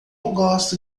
gosto